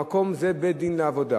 המקום זה בית-דין לעבודה.